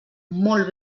molt